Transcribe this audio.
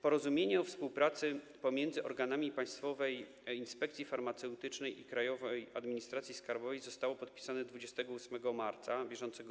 Porozumienie o współpracy pomiędzy organami Państwowej Inspekcji Farmaceutycznej i Krajowej Administracji Skarbowej zostało podpisane 28 marca br.